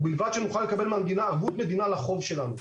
ובלבד שנוכל לקבל מהמדינה ערבות מדינה לחוב שלנו.